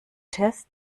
test